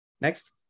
next